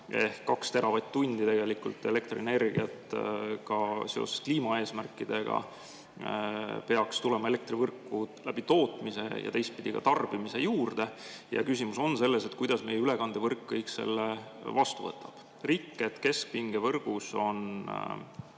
ehk 2 teravatt-tundi elektrienergiat peaks ka seoses kliimaeesmärkidega tulema elektrivõrku läbi tootmise ja teistpidi ka läbi tarbimise juurde. Küsimus on selles, kuidas meie ülekandevõrk kõik selle vastu võtab. Rikked keskpingevõrgus on